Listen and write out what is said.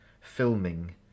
filming